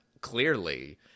clearly